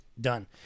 done